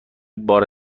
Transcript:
بار